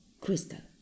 Crystal